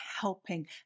helping